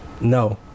no